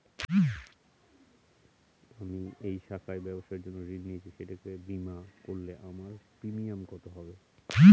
আমি এই শাখায় ব্যবসার জন্য ঋণ নিয়েছি সেটাকে বিমা করলে আমার প্রিমিয়াম কত হবে?